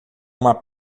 uma